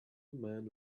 men